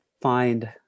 find